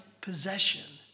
possession